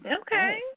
Okay